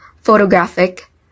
photographic